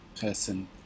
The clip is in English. person